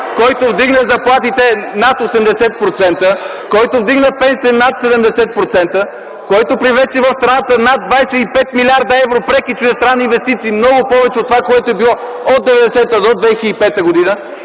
който вдигна заплатите над 80%, който вдигна пенсиите над 70%, който привлече в страната над 25 млрд. евро преки чуждестранни инвестиции – много повече от онова, което е било от 1990 до 2005 г.